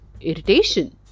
irritation